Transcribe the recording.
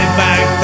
back